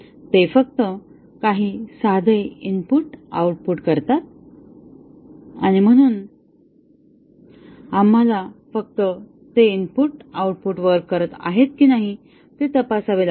ते फक्त काही साधे इनपुट आउटपुट करतात आणि म्हणून आम्हाला फक्त ते इनपुट आउटपुट वर्क करत आहेत की नाही हे तपासावे लागेल